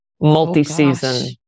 multi-season